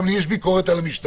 גם לי יש ביקורת על המשטרה,